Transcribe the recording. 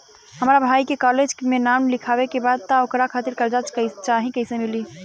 हमरा भाई के कॉलेज मे नाम लिखावे के बा त ओकरा खातिर कर्जा चाही कैसे मिली?